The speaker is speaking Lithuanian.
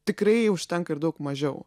tikrai užtenka ir daug mažiau